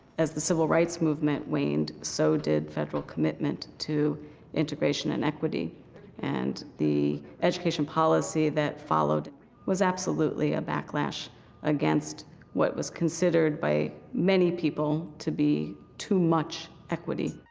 as the civil rights movement waned, so did federal commitment to integration and equity and the education policy that followed was absolutely a backlash against what was considered by many people to be too much equity.